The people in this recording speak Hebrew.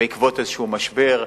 בעקבות איזשהו משבר,